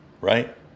right